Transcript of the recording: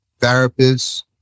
Therapists